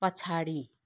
पछाडि